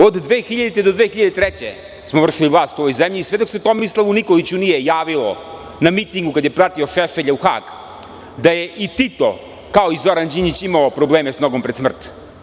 Od 2000. do 2003. godine smo vršili vlast u ovoj zemlji, sve dok se Tomislavu Nikoliću nije javilo na mitingu, kad je pratio Šešelja u Hag, da je i Tito, kao i Zoran Đinđić, imao probleme s nogom pred smrt.